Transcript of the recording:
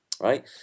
Right